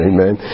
Amen